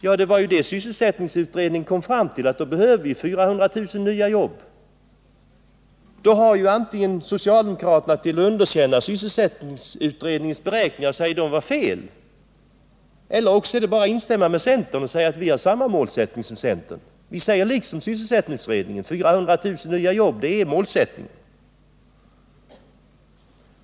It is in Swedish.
Ja, vad sysselsättningsutredningen kom fram till var att vi behöver 400 000 nya jobb. Då måste socialdemokraterna antingen underkänna sysselsättningsutredningens beräkningar och säga att dessa var felaktiga eller också instämma med centern och säga att de har samma målsättning som centern. Vi säger liksom sysselsättningsutredningen: 400 000 nya jobb är målsättningen.